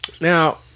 now